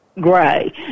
gray